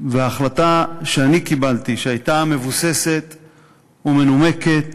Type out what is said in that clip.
וההחלטה שאני קיבלתי, שהייתה מבוססת ומנומקת,